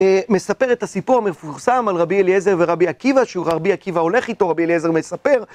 מספר את הסיפור המפורסם על רבי אליעזר ורבי עקיבא שהוא רבי עקיבא הולך איתו, רבי אליעזר מספר